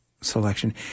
selection